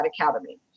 Academy